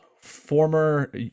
former